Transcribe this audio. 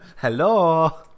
Hello